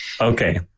Okay